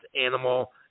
Animal